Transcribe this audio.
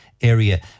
area